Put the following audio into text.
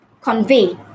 convey